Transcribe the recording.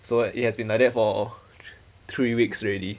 so it has been like that for three weeks already